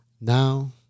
Now